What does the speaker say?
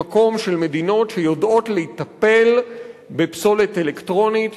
במקום של מדינות שיודעות לטפל בפסולת אלקטרונית,